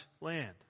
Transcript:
land